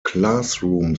classroom